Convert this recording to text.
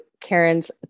Karen's